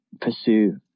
pursue